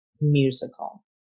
musical